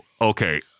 Okay